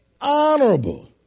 Honorable